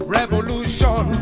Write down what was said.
revolution